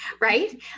right